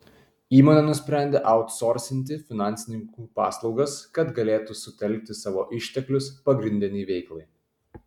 įmonė nusprendė autsorsinti finansininkų paslaugas kad galėtų sutelkti savo išteklius pagrindinei veiklai